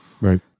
Right